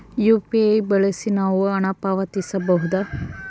UPI ಬಳಸಿ ನಾವು ಹಣ ಪಾವತಿಸಬಹುದಾ?